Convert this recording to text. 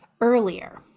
earlier